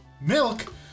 Milk